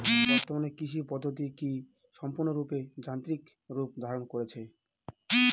বর্তমানে কৃষি পদ্ধতি কি সম্পূর্ণরূপে যান্ত্রিক রূপ ধারণ করেছে?